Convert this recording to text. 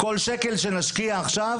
בכל שקל שנשקיע עכשיו